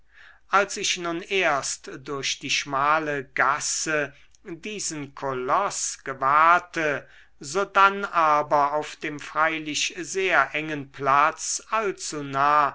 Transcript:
als ich nun erst durch die schmale gasse diesen koloß gewahrte sodann aber auf dem freilich sehr engen platz allzu nah